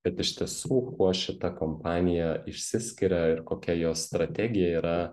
kad iš tiesų kuo šita kompanija išsiskiria ir kokia jos strategija yra